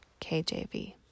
KJV